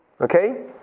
Okay